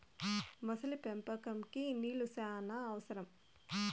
మొసలి పెంపకంకి నీళ్లు శ్యానా అవసరం